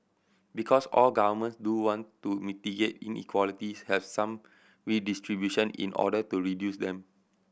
because all government do want to mitigate inequalities have some redistribution in order to reduce them